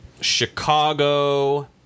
Chicago